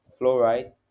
fluoride